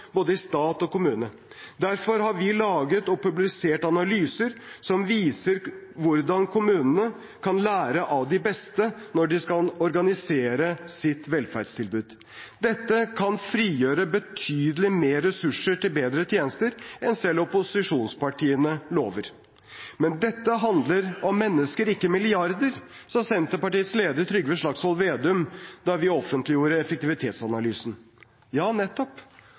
både stat og kommune. Derfor har vi laget og publisert analyser som viser hvordan kommunene kan lære av de beste når de skal organisere sitt velferdstilbud. Dette kan frigjøre betydelig mer ressurser til bedre tjenester enn selv opposisjonspartiene lover. Men «dette handler om mennesker og ikke milliarder», sa Senterpartiets leder, Trygve Slagsvold Vedum, da vi offentliggjorde effektivitetsanalysen. Ja, og nettopp